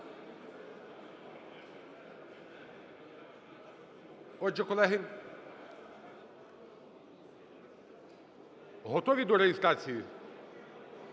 Отже, колеги, готові до реєстрації?